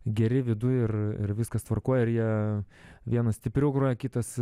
geri viduj ir ir viskas tvarkoj ir jie vienas stipriau groja kitas